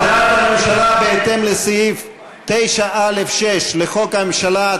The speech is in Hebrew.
הודעת הממשלה בהתאם לסעיף 9(א)(6) לחוק הממשלה,